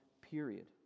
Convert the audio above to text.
period